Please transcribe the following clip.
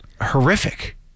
horrific